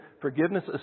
Forgiveness